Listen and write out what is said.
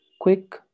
quick